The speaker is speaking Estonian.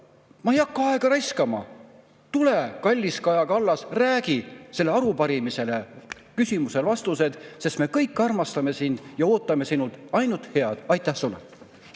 Ma ei hakka aega raiskama. Tule, kallis Kaja Kallas, räägi, anna selle arupärimise küsimustele vastused, sest me kõik armastame sind ja ootame sinult ainult head. Aitäh sulle!